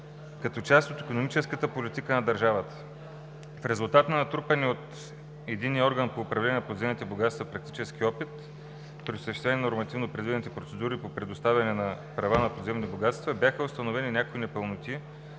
като част от икономическата политика на държавата. В резултат на натрупания от единния орган по управление на подземните богатства практически опит при осъществяване на нормативно предвидените процедури по предоставяне на права за подземни богатства бяха установени някои непълноти